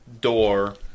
door